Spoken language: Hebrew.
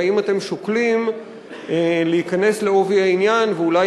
והאם אתם שוקלים להיכנס בעובי העניין ואולי